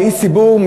כאיש ציבור,